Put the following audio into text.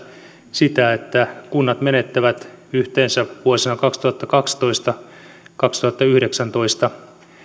sitä että kunnat menettävät vuosina kaksituhattakaksitoista viiva kaksituhattayhdeksäntoista yhteensä